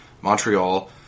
Montreal